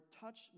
touch